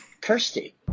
Kirsty